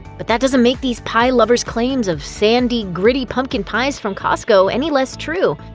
but that doesn't make these pie-lovers' claims of sandy, gritty pumpkin pies from costco any less true,